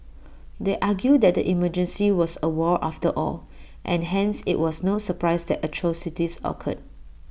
they argue that the emergency was A war after all and hence IT was no surprise that atrocities occurred